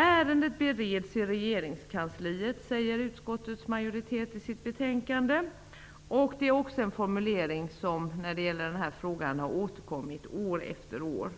Ärendet bereds i regeringskansliet, säger utskottets majoritet i betänkandet. Det är också en formulering som har återkommit år efter år